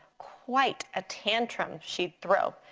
quite a tantrum she'd throw.